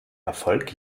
erfolg